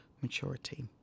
maturity